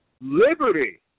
liberty